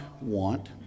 want